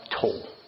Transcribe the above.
toll